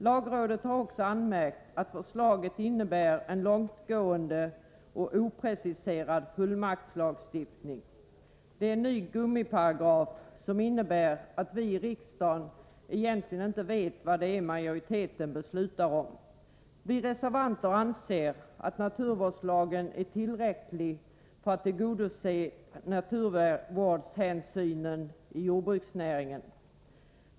Lagrådet har också anmärkt att förslaget innebär en långtgående och opreciserad fullmaktslagstiftning. Det är en ny gummiparagraf, som innebär att vi i riksdagen egentligen inte vet vad det är majoriteten beslutar om. Vi reservanter anser att naturvårdslagen är tillräcklig för att tillgodose naturvårdshänsynen i jordbruksnäringen.